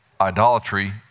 idolatry